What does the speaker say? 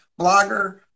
Blogger